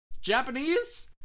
Japanese